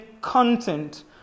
content